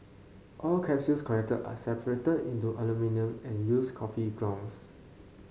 all capsules collected are separated into aluminium and used coffee grounds